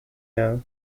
now